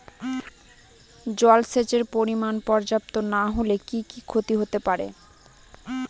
জলসেচের পরিমাণ পর্যাপ্ত না হলে কি কি ক্ষতি হতে পারে?